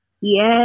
Yes